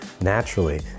naturally